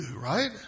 right